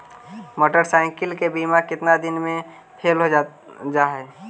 Motorcycle के बिमा केतना दिन मे फेल हो जा है?